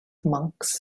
monks